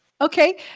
Okay